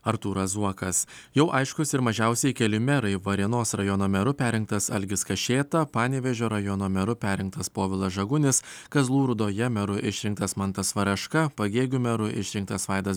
artūras zuokas jau aiškūs ir mažiausiai keli merai varėnos rajono meru perrinktas algis kašėta panevėžio rajono meru perrinktas povilas žagunis kazlų rūdoje meru išrinktas mantas varaška pagėgių meru išrinktas vaidas